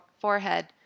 forehead